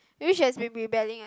maybe she has been rebelling